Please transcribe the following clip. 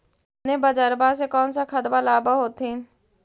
अपने बजरबा से कौन सा खदबा लाब होत्थिन?